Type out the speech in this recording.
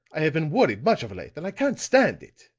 i have been worried much of late and i can't stand it.